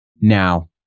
Now